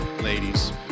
Ladies